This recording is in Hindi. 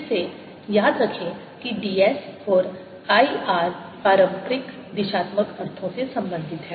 फिर से याद रखें कि ds और I R पारंपरिक दिशात्मक अर्थों से संबंधित है